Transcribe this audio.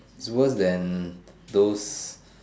is worse that those